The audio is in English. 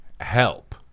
Help